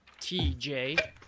TJ